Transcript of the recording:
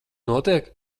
notiek